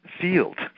field